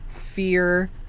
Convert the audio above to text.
fear